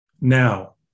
now